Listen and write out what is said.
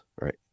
right